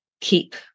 Keep